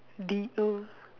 D O